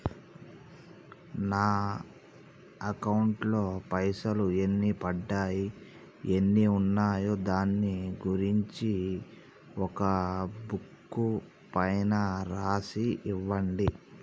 నా అకౌంట్ లో పైసలు ఎన్ని పడ్డాయి ఎన్ని ఉన్నాయో దాని గురించి ఒక బుక్కు పైన రాసి ఇవ్వండి?